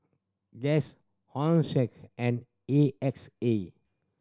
Guess Hosen and A X A